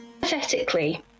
Pathetically